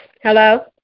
Hello